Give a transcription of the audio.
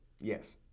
Yes